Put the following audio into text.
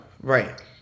Right